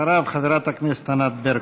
אחריו, חברת הכנסת ענת ברקו.